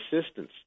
assistance